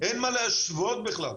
אין מה להשוות בכלל.